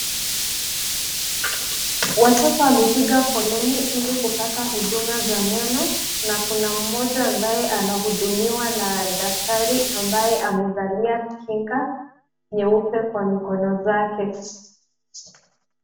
Watoto wamepiga foleni ili kupata huduma za meno na kuna mmoja ambaye anahudumiwa na daktari ambaye amevalia kinga nyeupe kwa mikono zake.